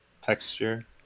texture